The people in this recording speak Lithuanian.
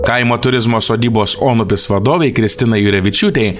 kaimo turizmo sodybos onubis vadovei kristinai jurevičiūtei